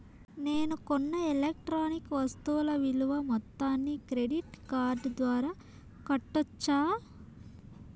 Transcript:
నేను కొన్న ఎలక్ట్రానిక్ వస్తువుల విలువ మొత్తాన్ని క్రెడిట్ కార్డు ద్వారా కట్టొచ్చా?